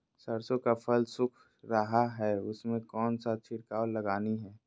सरसो का फल सुख रहा है उसमें कौन सा छिड़काव लगानी है?